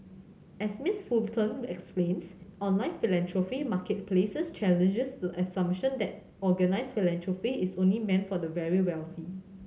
as Miss Fulton explains online philanthropy marketplaces challenge the assumption that organised philanthropy is only meant for the very wealthy